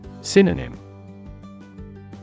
Synonym